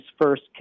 first